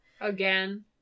Again